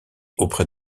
auprès